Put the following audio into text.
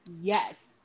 Yes